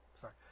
sorry